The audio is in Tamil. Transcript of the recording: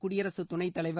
குடியரசு துணைத்தலைவர்